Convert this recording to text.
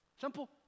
Simple